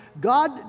God